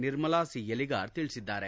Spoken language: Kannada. ನಿರ್ಮಲಾ ಸಿ ಎಲಿಗಾರ್ ತಿಳಿಸಿದ್ದಾರೆ